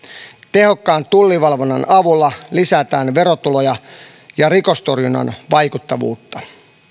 tehokkaan tullivalvonnan avulla lisätään verotuloja ja rikostorjunnan vaikuttavuutta